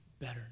better